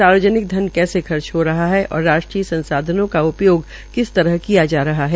सार्वजनिक धन कैसे खर्च हो रहा है और राष्ट्रीय संसाधनों का उपयोग किस तरह किया जा रहा है